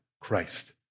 Christ